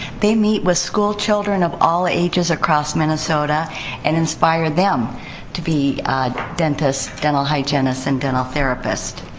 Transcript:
they meet with school children of all ages across minnesota and inspire them to be dentists, dental hygienists, and dental therapists.